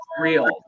real